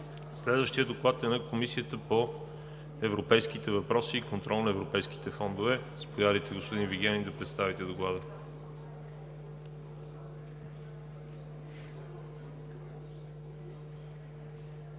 Следващият доклад е на Комисията по европейските въпроси и контрол на европейските фондове. Заповядайте, господин Вигенин, да представите доклада.